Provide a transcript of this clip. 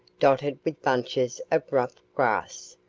dotted with bunches of rough grass,